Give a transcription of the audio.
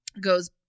goes